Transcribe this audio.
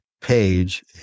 page